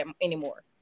anymore